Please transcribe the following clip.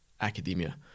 academia